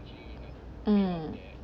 um